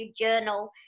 journal